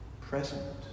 present